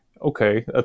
okay